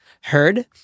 heard